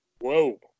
Whoa